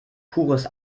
pures